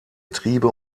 triebe